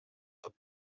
are